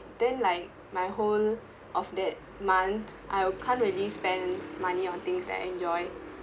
then like my whole of that month I can't really spend money on things that I enjoy